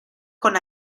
con